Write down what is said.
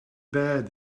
bad